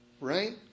right